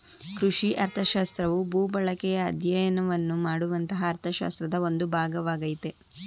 ಕೃಷಿ ಅರ್ಥಶಾಸ್ತ್ರವು ಭೂಬಳಕೆಯ ಅಧ್ಯಯನವನ್ನು ಮಾಡುವಂತಹ ಅರ್ಥಶಾಸ್ತ್ರದ ಒಂದು ಭಾಗವಾಗಯ್ತೆ